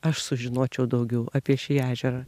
aš sužinočiau daugiau apie šį ežerą